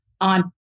on